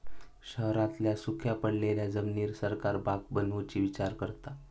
शहरांतल्या सुख्या पडलेल्या जमिनीर सरकार बाग बनवुचा विचार करता